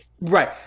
Right